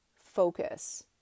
focus